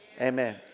Amen